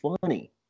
funny